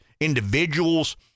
individuals